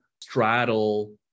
straddle